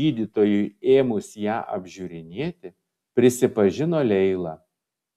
gydytojui ėmus ją apžiūrinėti prisipažino leila